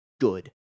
good